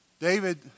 David